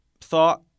thought